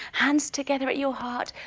hands together at your heart,